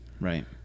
right